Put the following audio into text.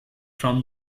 from